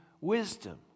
wisdom